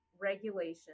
regulation